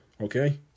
Okay